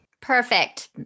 Perfect